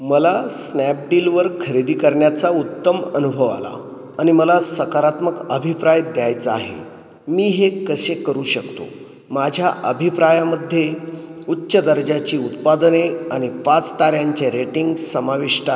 मला स्नॅपडीलवर खरेदी करण्याचा उत्तम अनुभव आला आणि मला सकारात्मक अभिप्राय द्यायचा आहे मी हे कसे करू शकतो माझ्या अभिप्रायामध्ये उच्च दर्जाची उत्पादने आणि पाच ताऱ्यांचे रेटिंग समाविष्ट आ